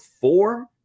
four